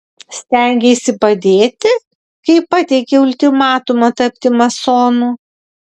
stengeisi padėti kai pateikei ultimatumą tapti masonu